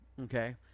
Okay